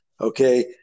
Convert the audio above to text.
Okay